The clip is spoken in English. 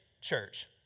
church